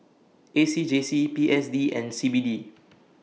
A C J C P S D and C B D